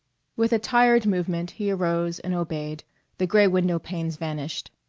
with a tired movement he arose and obeyed the gray window-panes vanished.